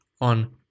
on